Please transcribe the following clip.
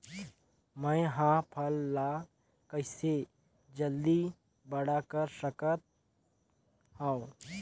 मैं ह फल ला कइसे जल्दी बड़ा कर सकत हव?